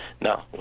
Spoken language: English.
no